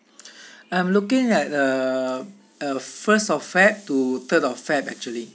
I'm looking at uh uh first of feb to third of feb actually